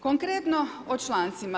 Konkretno o člancima.